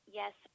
yes